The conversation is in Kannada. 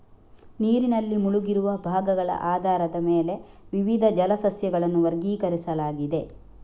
ನೀರಿನಲ್ಲಿ ಮುಳುಗಿರುವ ಭಾಗಗಳ ಆಧಾರದ ಮೇಲೆ ವಿವಿಧ ಜಲ ಸಸ್ಯಗಳನ್ನು ವರ್ಗೀಕರಿಸಲಾಗಿದೆ